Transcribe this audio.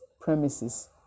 premises